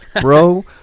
bro